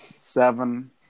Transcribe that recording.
seven